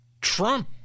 Trump